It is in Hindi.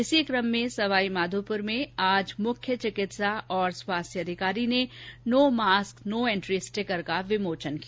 इसी कम में सवाईमाधोपुर में मुख्य चिकित्सा और स्वास्थ्य अधिकारी ने no mask no entry sticker का विमोचन किया